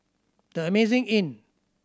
The Amazing Inn